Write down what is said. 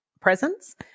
presence